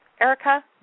Erica